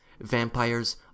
vampires